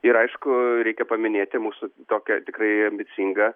ir aišku reikia paminėti mūsų tokią tikrai ambicingą